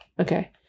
okay